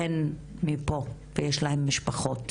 הן מפה, ויש להן פה משפחות.